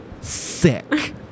Sick